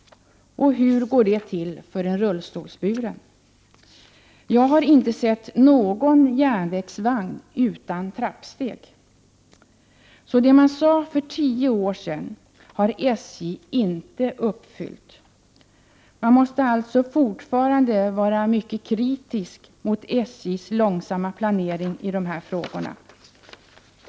Hur går det till för en rullstolsburen? Jag har inte sett någon järnvägsvagn utan trappsteg! Det man krävde för tio år sedan har SJ inte uppfyllt. Man måste alltså fortfarande vara mycket kritisk mot SJ:s långsamma planering i de här frågorna.